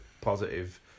positive